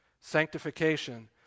sanctification